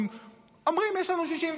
אם אומרים: יש לנו 64,